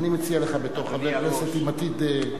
אני מציע לך בתור חבר כנסת עם עתיד,